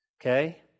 okay